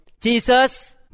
Jesus